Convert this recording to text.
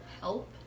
Help